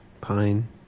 pine